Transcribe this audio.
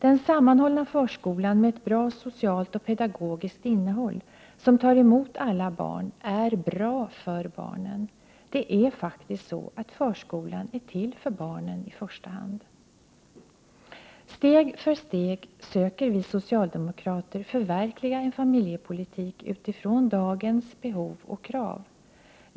Den sammanhållna förskolan med ett bra socialt och pedagogiskt innehåll, som tar emot alla barn, är bra för barnen. Det är faktiskt så att förskolan i första hand är till för barnen. Steg för steg söker vi socialdemokrater förverkliga en familjepolitik med utgångspunkt i dagens behov och krav.